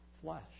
flesh